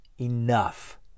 enough